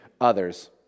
others